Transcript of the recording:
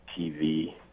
TV